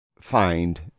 find